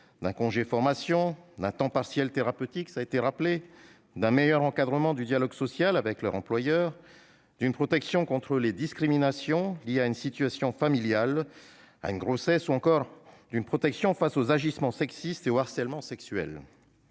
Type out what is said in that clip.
d'un congé formation, d'un temps partiel thérapeutique, d'un meilleur encadrement du dialogue social avec leur employeur, d'une protection contre les discriminations liées à une situation familiale ou à une grossesse ou encore d'une protection face aux agissements sexistes et au harcèlement sexuel.